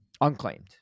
Unclaimed